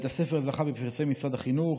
בית הספר זכה בפרסי משרד החינוך,